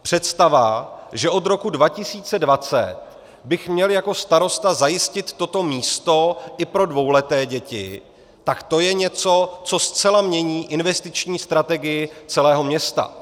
Představa, že od roku 2020 bych měl jako starosta zajistit toto místo i pro dvouleté děti, tak to je něco, co zcela mění investiční strategii celého města.